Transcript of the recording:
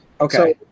Okay